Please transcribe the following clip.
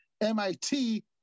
MIT